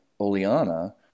Oleana